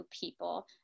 people